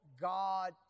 God